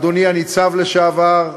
אדוני הניצב לשעבר,